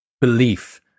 belief